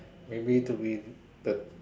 maybe to be the